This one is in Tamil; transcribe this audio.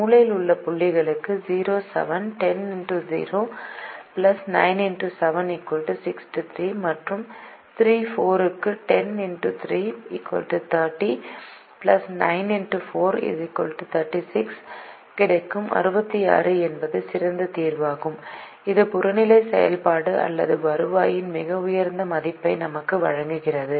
மூலையில் உள்ள புள்ளிக்கு 0 7 63 மற்றும் 3 4 க்கு 30 36 கிடைக்கும் 66 என்பது சிறந்த தீர்வாகும் இது புறநிலை செயல்பாடு அல்லது வருவாயின் மிக உயர்ந்த மதிப்பை நமக்கு வழங்குகிறது